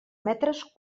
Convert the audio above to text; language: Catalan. metres